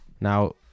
Now